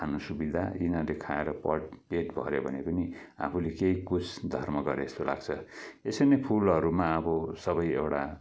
खानु सुविधा यिनीहरूले खाएर पट पेट भऱ्यो भने पनि आफूले केही कुछ धर्म गरेको जस्तो लाग्छ यसरी नै फुलहरूमा अब सबै एउटा